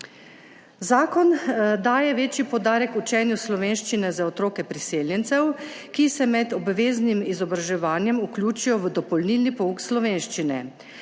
Zakon daje večji poudarek učenju slovenščine za otroke priseljencev, ki se med obveznim izobraževanjem vključijo v dopolnilni pouk slovenščine.